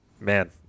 Man